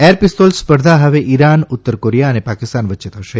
air pistol સ્પર્ધા હવે Iran ઉતર કોરિયા અને પાકિસ્તાન વચ્ચે થશે